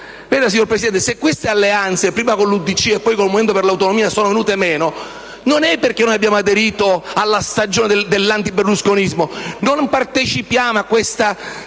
Vede, signor Presidente, se queste alleanze, prima con l'UDC e poi con il Movimento per le Autonomie, sono venute meno non è perché noi abbiamo aderito alla stagione dell'antiberlusconismo: non partecipiamo a questa